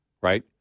Right